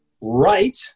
right